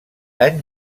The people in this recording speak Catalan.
any